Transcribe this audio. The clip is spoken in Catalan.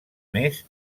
més